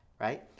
right